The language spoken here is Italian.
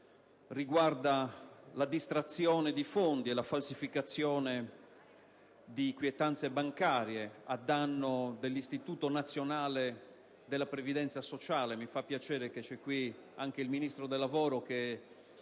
campana, la distrazione di fondi, la falsificazione di quietanze bancarie a danno dell'Istituto nazionale della previdenza sociale (mi fa piacere che oggi sia qui presente anche il Ministro del lavoro che,